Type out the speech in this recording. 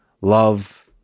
love